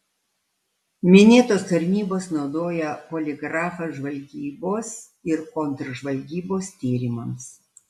minėtos tarnybos naudoja poligrafą žvalgybos ir kontržvalgybos tyrimams